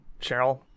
Cheryl